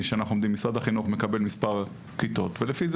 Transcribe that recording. משרד החינוך מקבל מספר כיתות ולפי זה